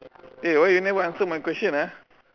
eh why you never answer my question ah